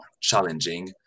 challenging